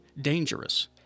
dangerous